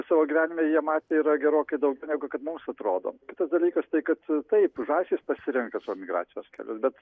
savo gyvenime jie matę yra gerokai daugiau negu kad mums atrodo kitas dalykas tai kad taip žąsys pasirenka savo migracijos kelius bet